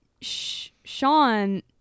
Sean